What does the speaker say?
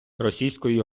російської